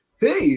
hey